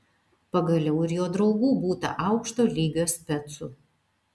pagaliau ir jo draugų būta aukšto lygio specų